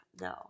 No